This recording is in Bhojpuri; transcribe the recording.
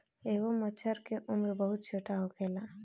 एगो मछर के उम्र बहुत छोट होखेला